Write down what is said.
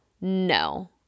no